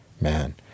Man